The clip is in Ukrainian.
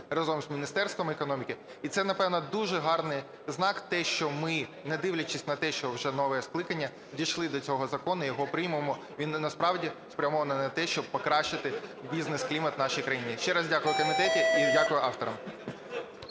разом з Міністерством економіки. І це, напевно, дуже гарний знак - те, що ми, не дивлячись на те, що вже нове скликання, дійшли до цього закону, його приймемо. Він насправді спрямований на те, щоб покращити бізнес-клімат в нашій країні. Ще раз дякую комітету і дякую авторам.